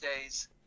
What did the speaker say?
days